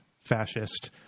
fascist